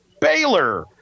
Baylor